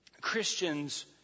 Christians